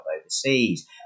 overseas